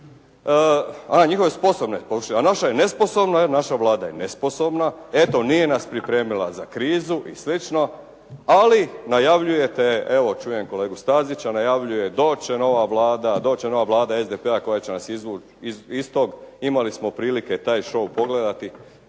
očito, a naša Vlada je nesposobna, naša Vlada je nesposobna, eto nije nas pripremila za krizu i slično, ali najavljujete, evo čujem kolegu Stazića, najavljuje doći će nova Vlada, doći će nova Vlada SDP-a koja će nas izvući iz tog, imali smo prilike taj show pogledati